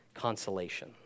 Consolation